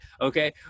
okay